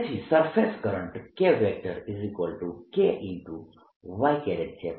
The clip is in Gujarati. તેથી સરફેસ કરંટ KK y છે